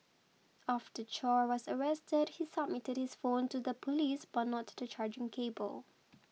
after Chow was arrested he submitted his phone to the police but not the charging cable